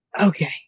Okay